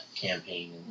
campaign